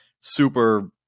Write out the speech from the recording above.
Super